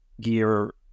gear